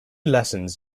lessons